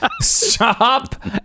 stop